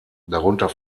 darunter